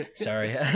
Sorry